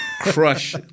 crush